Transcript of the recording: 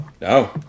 No